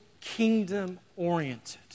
kingdom-oriented